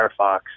Firefox